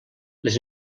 les